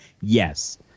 Yes